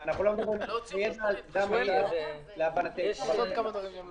להכניס עוד שישה חודשים למי